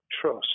trust